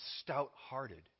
stout-hearted